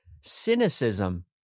cynicism